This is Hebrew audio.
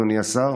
אדוני השר.